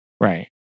right